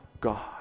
God